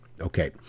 Okay